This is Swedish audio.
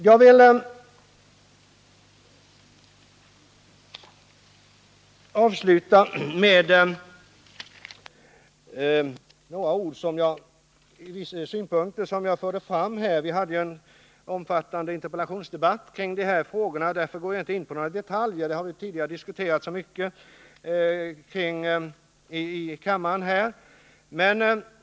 Jag vill avsluta mitt anförande med att föra fram ytterligare några synpunkter, men eftersom vi haft en omfattande interpellationsdebatt i de här frågorna går jag inte in på några detaljer — dem har vi ju redan tidigare diskuterat så mycket i kammaren.